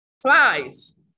flies